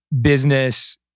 business